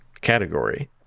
category